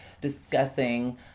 discussing